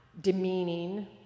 demeaning